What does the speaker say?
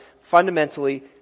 fundamentally